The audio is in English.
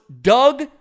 Doug